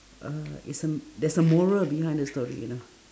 uh it's a there's a moral behind the story you know